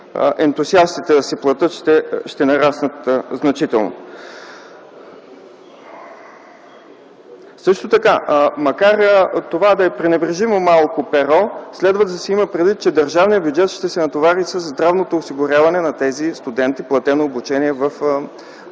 ентусиастите да платят ще нараснат значително. Макар това да е пренебрежимо малко перо, следва да се има предвид, че държавният бюджет ще се натовари със здравното осигуряване на студентите платено обучение в държавните